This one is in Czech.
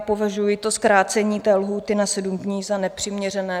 Považuji zkrácení té lhůty na sedm dní na nepřiměřené.